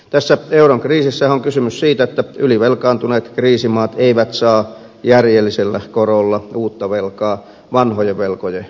tässä euron kriisissähän on kysymys siitä että ylivelkaantuneet kriisimaat eivät saa järjellisellä korolla uutta velkaa vanhojen velkojen uusimiseen